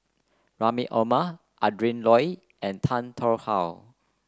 Rahim Omar Adrin Loi and Tan Tarn How